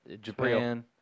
Japan